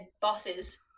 bosses